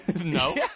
No